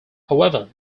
however